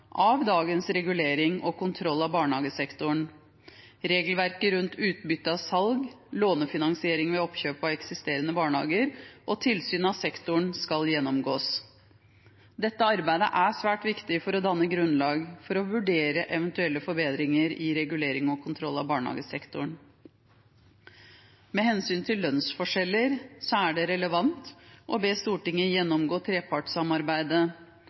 av dagens regulering og kontroll av barnehagesektoren. Regelverket rundt utbytte av salg, lånefinansiering ved oppkjøp av eksisterende barnehager og tilsyn av sektoren skal gjennomgås. Dette arbeidet er svært viktig for å danne grunnlag for å vurdere eventuelle forbedringer i regulering og kontroll av barnehagesektoren. Med hensyn til lønnsforskjeller er det relevant å be Stortinget gjennomgå trepartssamarbeidet